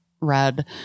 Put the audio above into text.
read